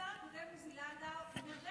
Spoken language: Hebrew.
השר הקודם עוזי לנדאו ברך,